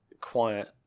quiet